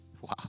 Wow